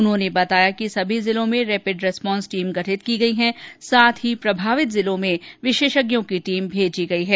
उन्होंने बताया कि सभी जिलों में रेपिड रेस्पोर्स टीम गठित की गयी हैं साथ ही प्रभावित जिलों में विशेषज्ञों की टीम भेजी गयी है